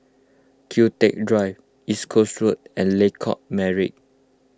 Kian Teck Drive East Coast Road and Lengkok Merak